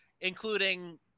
including –